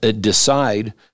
decide